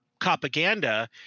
propaganda